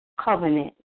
covenant